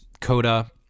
Coda